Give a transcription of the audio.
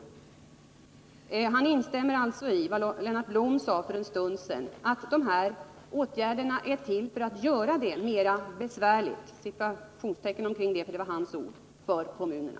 Larz Johansson instämmer alltså i vad Lennart Blom sade för en stund sedan, nämligen att de här åtgärderna är till för att göra det ”mera besvärligt” för kommunerna.